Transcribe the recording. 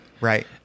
Right